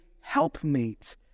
helpmate